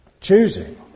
choosing